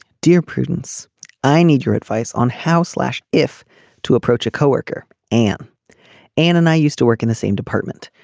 dear prudence i need your advice on how slash if to approach a co-worker am and and i used to work in the same department.